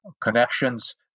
connections